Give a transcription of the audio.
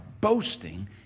boasting